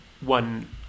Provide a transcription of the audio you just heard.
one